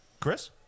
Chris